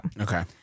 Okay